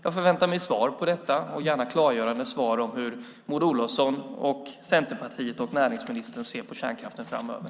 Jag förväntar mig klargörande svar på detta och på hur näringsministern och Centerpartiet ser på kärnkraften framöver.